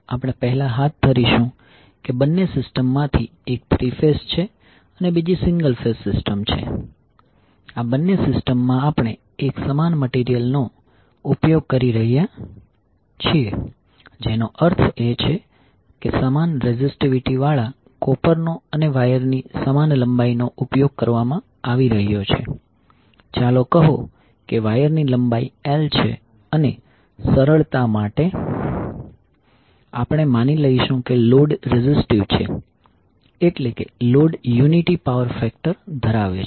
આપણે પહેલા ધારીશું કે બંને સિસ્ટમમાંથી એક થ્રી ફેઝ છે અને બીજી સિંગલ ફેઝ સિસ્ટમ છે આ બંને સિસ્ટમમાં આપણે એક સમાન મટીરીયલ નો ઉપયોગ કરી રહ્યા છીએ જેનો અર્થ એ છે કે સમાન રેઝિસ્ટીવીટી વાળા કોપર નો અને વાયરની સમાન લંબાઈનો ઉપયોગ કરવામાં આવી રહ્યો છે ચાલો કહો કે વાયરની લંબાઈ L છે અને સરળતા માટે આપણે માની લઈશું કે લોડ રેઝિસ્ટિવ છે એટલે કે લોડ યુનિટી પાવર ફેક્ટર ધરાવે છે